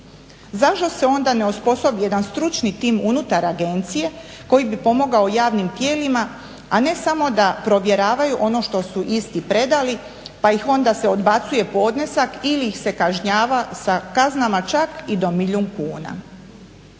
Zašto se onda ne osposobi jedan stručni tim unutar agencije koji bi pomogao javnim tijelima, a ne samo da provjeravaju ono što su isti predali, pa ih onda se odbacuje podnesak ili ih se kažnjava sa kaznama čak i do milijun kuna.